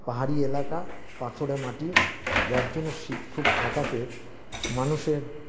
পাহাড়ি এলাকা পাথুরে মাটি যার জন্যে শীত খুব থাকাতে মানুষের